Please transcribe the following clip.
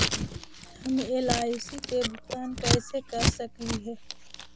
हम एल.आई.सी के भुगतान कैसे कर सकली हे?